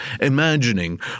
imagining